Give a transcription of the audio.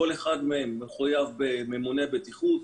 כל אחד מהם מחויב בממונה בטיחות.